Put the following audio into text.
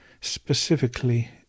specifically